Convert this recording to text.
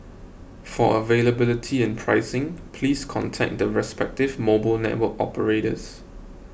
for availability and pricing please contact the respective mobile network operators